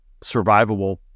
survivable